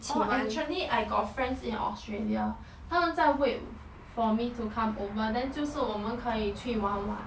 orh actually I got friend in australia 他们在 wait for me to go australia then 就是我们可以去玩玩